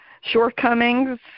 shortcomings